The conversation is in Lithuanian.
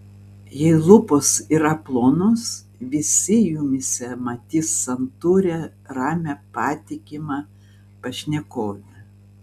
jei lūpos yra plonos visi jumyse matys santūrią ramią patikimą pašnekovę